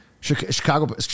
Chicago